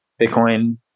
Bitcoin